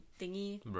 thingy